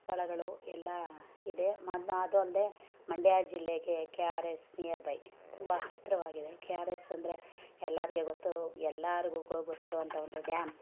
ಸ್ಥಳಗಳು ಎಲ್ಲ ಇದೆ ಮ್ ಅದು ಅಲ್ಲದೆ ಮಂಡ್ಯ ಜಿಲ್ಲೆಗೆ K R S nearby ತುಂಬ ಹತ್ತಿರವಾಗಿದೆ ಕೆ ಆರ್ ಎಸ್ ಅಂದರೆ ಎಲ್ಲರಿಗೆ ಗೊತ್ತು ಎಲ್ಲರಿಗೂ ಕೂಡ ಗೊತ್ತಿರುವಂಥ ಒಂದು ಡ್ಯಾಮ್